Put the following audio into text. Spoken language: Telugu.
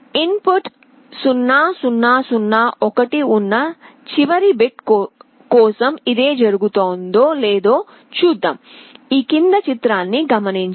ఇన్ పుట్ 0 0 0 1 ఉన్న చివరి బిట్ కోసం ఇదే జరుగుతుందో లేదో చూద్దాం